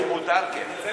אם מותר, כן.